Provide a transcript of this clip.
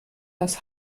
das